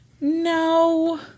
No